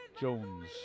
Jones